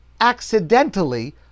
accidentally